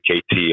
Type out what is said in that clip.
KT